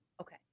Okay